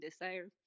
desire